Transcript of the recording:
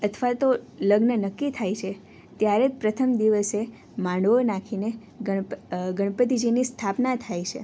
અથવા તો લગ્ન નક્કી થાય છે ત્યારે જ પ્રથમ દિવસે માંડવો નાખીને ગણપતિજીની સ્થાપના થાય છે